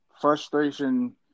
frustration